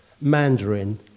mandarin